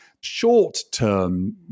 short-term